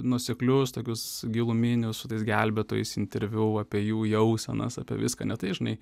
nuoseklius tokius giluminius su tais gelbėtojais interviu apie jų jausenas apie viską ne tai žinai